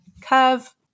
curve